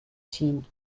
ziehen